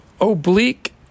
oblique